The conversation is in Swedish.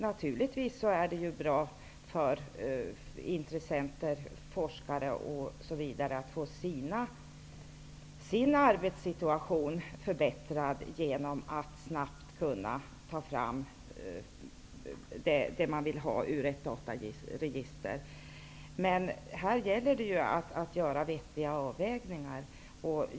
Naturligtvis är det bra för intressenter, forskare m.fl., att få sin arbetssituation förbättrad genom att de snabbt kan ta fram vad de vill ha ur ett dataregister, men här gäller det att göra vettiga avvägningar.